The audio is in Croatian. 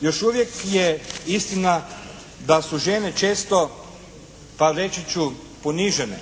još uvijek je istina da su žene često pa reći ću ponižene.